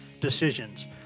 decisions